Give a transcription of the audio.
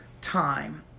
time